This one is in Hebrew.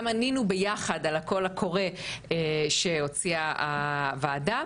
ענינו ביחד על הקול הקורא שהוציאה הוועדה.